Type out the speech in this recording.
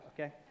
okay